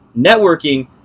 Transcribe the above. networking